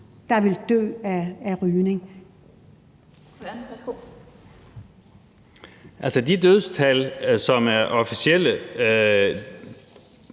der ville dø af rygning.